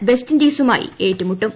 വെസ്റ്റിന്റീസുമായി ഏറ്റുമുട്ടും